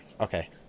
okay